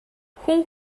хүн